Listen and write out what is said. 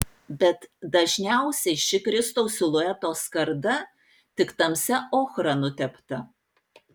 bet dažniausiai ši kristaus silueto skarda tik tamsia ochra nutepta